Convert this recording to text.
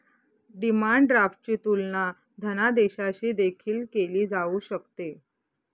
demand ड्राफ्टची तुलना धनादेशाशी देखील केली जाऊ शकते